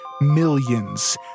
millions